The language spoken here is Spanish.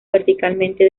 verticalmente